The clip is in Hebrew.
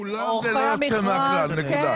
--- עורכי המכרז כן.